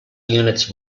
units